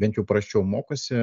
bent jau prasčiau mokosi